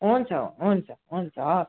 हुन्छ हुन्छ हुन्छ हवस्